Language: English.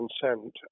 consent